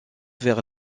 vers